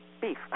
beef